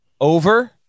over